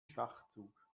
schachzug